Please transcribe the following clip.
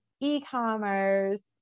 e-commerce